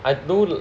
I do t~